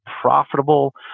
profitable